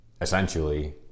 Essentially